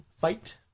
fight